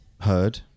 heard